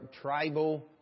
tribal